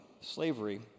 slavery